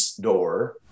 door